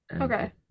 Okay